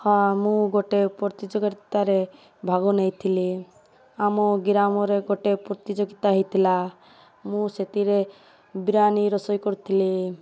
ହଁ ମୁଁ ଗୋଟେ ପ୍ରତିଯୋଗିତାରେ ଭାଗ ନେଇଥିଲି ଆମ ଗ୍ରାମରେ ଗୋଟେ ପ୍ରତିଯୋଗିତା ହେଇଥିଲା ମୁଁ ସେଥିରେ ବିରିୟାନୀ ରୋଷେଇ କରିଥିଲି